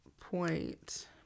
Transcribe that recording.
point